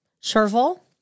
chervil